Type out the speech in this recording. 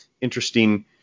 interesting